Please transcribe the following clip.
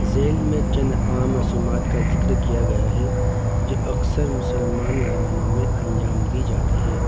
ذیل میں چند عام رسومات کا ذکر کیا گیا ہے جو اکثر مسلمان گھرانوں میں انجام دی جاتی ہے